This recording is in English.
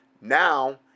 Now